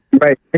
Right